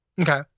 Okay